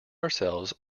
ourselves